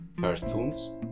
cartoons